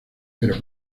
pero